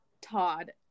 Todd